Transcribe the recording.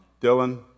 Dylan